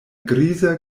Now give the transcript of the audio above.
griza